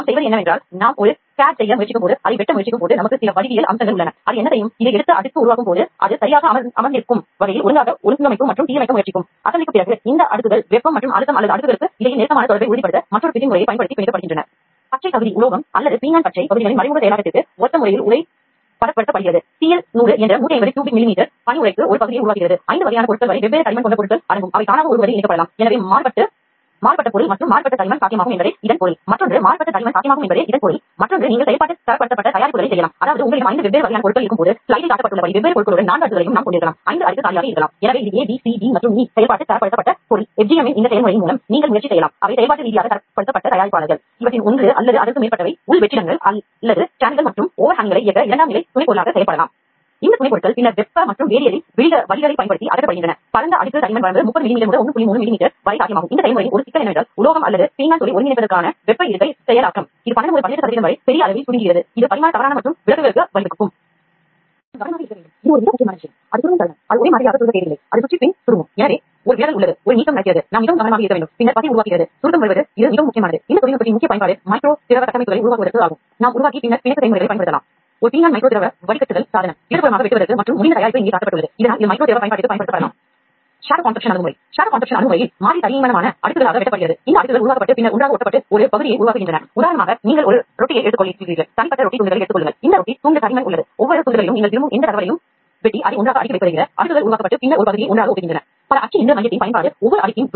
நாம் நம் உடல் அல்லது தோளை எடுத்துக்கொண்டால் திசு அனைத்தும் பாலிமர்களால் ஆனவை எலும்புக்கூட்டிலும் வெளியுற அடுக்கு பாலிமர்களாக இருக்கும்